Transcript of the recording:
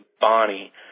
Bonnie